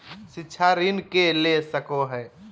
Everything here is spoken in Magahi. शिक्षा ऋण के ले सको है?